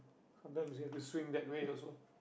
sometimes you have to swing that way also